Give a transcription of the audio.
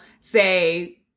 say